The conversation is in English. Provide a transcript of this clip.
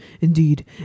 indeed